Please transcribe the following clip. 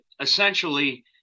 essentially